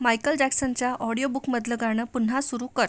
Michael जॅक्सनच्या ऑडिओबुकमधलं गाणं पुन्हा सुरु कर